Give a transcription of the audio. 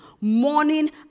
Morning